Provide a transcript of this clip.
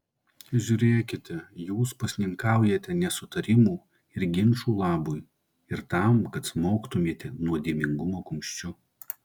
žiūrėkite jūs pasninkaujate nesutarimų ir ginčų labui ir tam kad smogtumėte nuodėmingumo kumščiu